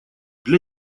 для